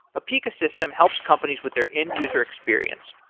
apica system helps companies with their end-user experience,